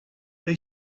they